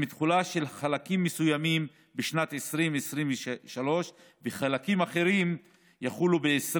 עם תחולה של חלקים מסוימים בשנת 2023 ושל חלקים אחרים ב-2024.